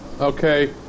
Okay